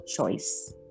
choice